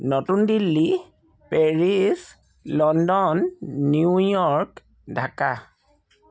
নতুন Delhi Paris London New York Dhaka